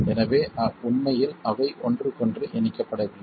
எனவே உண்மையில் அவை ஒன்றுக்கொன்று இணைக்கப்படவில்லை